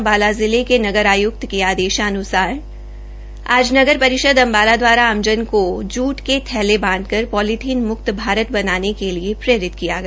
अम्बाला जिले के नगर आयक्त के आदेशानसार आज नगर परिषद अम्बाला दवारा आमजन को जुट के थैले बांट कर पोलिथीन मुक्त भारत बनाने के लिए प्रेरित किया गया